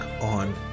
on